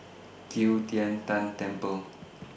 Qi Tian Tan Temple